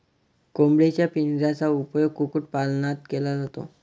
कोंबडीच्या पिंजऱ्याचा उपयोग कुक्कुटपालनात केला जातो